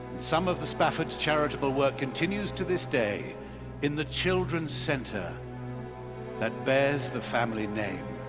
some of the spafford's charitable work continues to this day in the children's center that bears the family name.